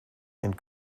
and